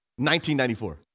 1994